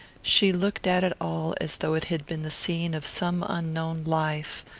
she looked at it all as though it had been the scene of some unknown life,